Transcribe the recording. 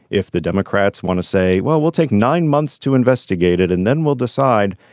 if the democrats want to say well we'll take nine months to investigate it and then we'll decide.